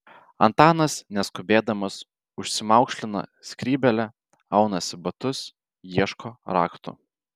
antanas neskubėdamas užsimaukšlina skrybėlę aunasi batus ieško raktų